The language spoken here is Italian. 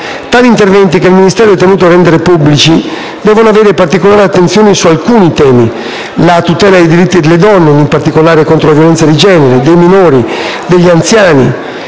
Tali interventi, che il Ministero è tenuto a rendere pubblici, devono avere particolare attenzione su alcuni temi: la tutela dei diritti delle donne (ed in particolare contro la violenza di genere), dei minori, degli anziani